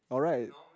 alright